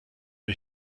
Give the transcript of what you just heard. wir